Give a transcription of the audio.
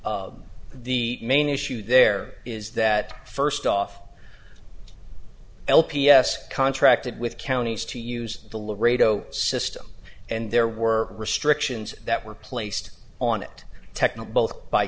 the main issue there is that first off l p s contracted with counties to use the laredo system and there were restrictions that were placed on that technique both by